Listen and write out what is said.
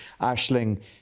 Ashling